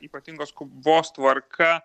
ypatingos skubos tvarka